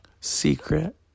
Secret